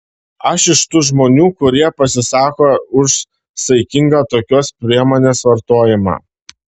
aš iš tų žmonių kurie pasisako už saikingą tokios priemonės vartojimą